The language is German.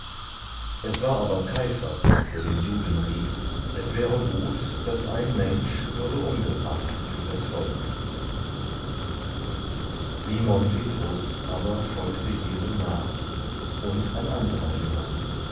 es war aber kaiphas der den juden riet es wäre gut daß ein mensch würde umgebracht für das volk simon petrus aber folgte jesu nach und ein anderer jünger